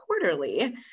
quarterly